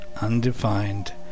undefined